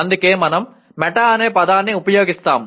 అందుకే మనం మెటా అనే పదాన్ని ఉపయోగిస్తాం